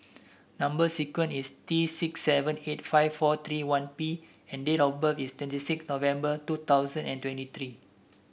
number sequence is T six seven eight five four three one P and date of birth is twenty six November two thousand and twenty three